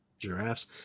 giraffes